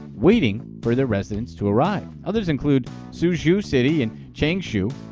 waiting for their residents to arrive. others include suzhou city in changshu,